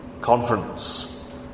conference